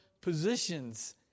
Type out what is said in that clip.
positions